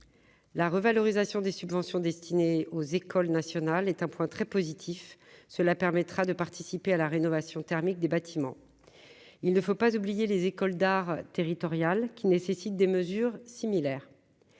la revalorisation des subventions destinées aux écoles nationales est un point très positif, cela permettra de participer à la rénovation thermique des bâtiments, il ne faut pas oublier les écoles d'art territoriales qui nécessite des mesures similaires,